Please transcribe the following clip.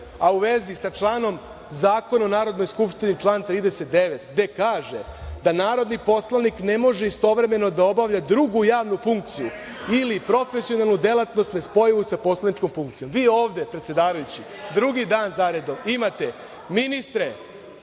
a u vezi sa članom Zakona o Narodnoj skupštini član 39, gde kaže da narodni poslanik ne može istovremeno da obavlja drugu javnu funkciju ili profesionalnu delatnost nespojivu sa poslaničkom funkcijom. Vi ovde, predsedavajući, drugi dan za redom imate ministre